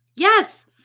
yes